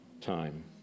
time